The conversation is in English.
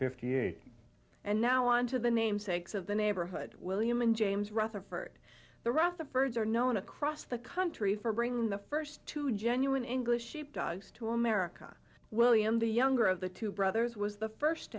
fifty eight and now on to the namesake's of the neighborhood william and james rutherford the rest of birds are known across the country for bringing the first two genuine english sheep dogs to america william the younger of the two brothers was the first